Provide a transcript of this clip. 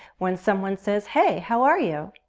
when someone says, hey! how are you?